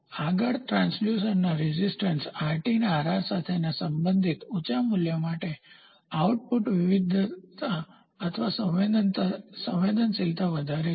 આગળ transducer resistance Rt ના Rr સાથે સંબંધિત ઉચા મૂલ્ય માટે આઉટપુટ વિવિધતા અથવા સંવેદનશીલતા વધારે છે